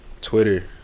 Twitter